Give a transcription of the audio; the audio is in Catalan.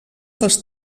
dels